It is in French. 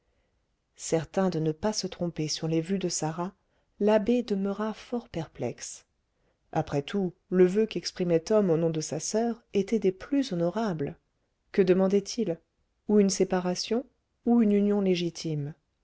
certain de ne pas se tromper sur les vues de sarah l'abbé demeura fort perplexe après tout le voeu qu'exprimait tom au nom de sa soeur était des plus honorables que demandait-il ou une séparation ou une union légitime